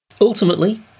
Ultimately